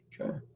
Okay